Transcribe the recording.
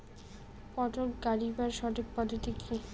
পটল গারিবার সঠিক পদ্ধতি কি?